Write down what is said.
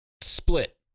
split